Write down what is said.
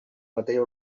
matèria